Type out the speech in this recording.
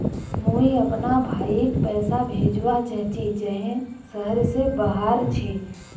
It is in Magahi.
मुई अपना भाईक पैसा भेजवा चहची जहें शहर से बहार छे